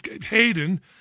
Hayden